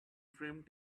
framed